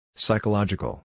Psychological